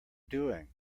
doing